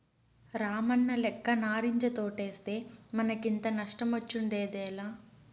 రామన్నలెక్క నారింజ తోటేస్తే మనకింత నష్టమొచ్చుండేదేలా